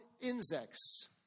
insects